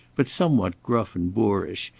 but somewhat gruff and boorish,